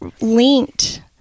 linked